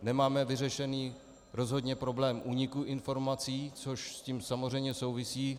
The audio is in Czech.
Nemáme vyřešený rozhodně problém úniku informací, což s tím samozřejmě souvisí.